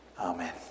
Amen